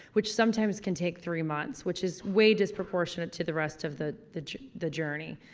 which sometimes can take three months. which is way disproportionate to the rest of the, the the journey.